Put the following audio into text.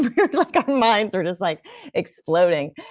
yeah like. our minds were just like exploding.